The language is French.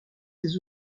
ses